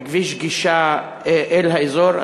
וכביש גישה אל האזור,